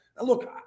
look